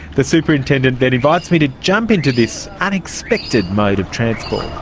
the superintendent then invites me to jump into this unexpected mode of transport.